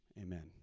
amen